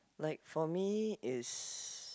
like for me is